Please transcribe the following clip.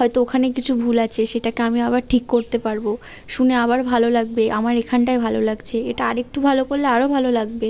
হয়তো ওখানে কিছু ভুল আছে সেটাকে আমি আবার ঠিক করতে পারব শুনে আবার ভালো লাগবে আমার এখানটায় ভালো লাগছে এটা আর একটু ভালো করলে আরও ভালো লাগবে